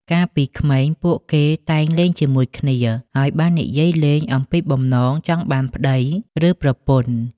កាលពីក្មេង ពួកគេតែងលេងជាមួយគ្នា ហើយបាននិយាយលេងអំពីបំណងចង់បានប្តី ឬប្រពន្ធ។